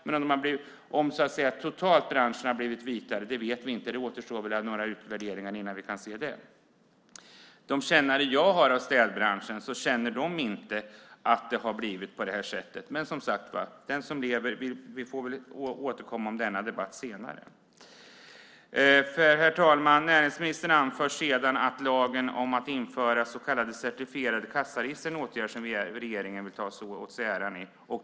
Men om branschen totalt sett har blivit vitare, det vet vi inte. Det återstår att göra några utvärderingar innan vi kan se det. De jag känner i städbranschen känner inte att det har blivit på det här sättet. Men, som sagt, vi får återkomma till denna debatt senare. Herr talman! Näringsministern anför sedan att lagen om att införa så kallade certifierade kassaregister är en åtgärd som regeringen ska få äran för.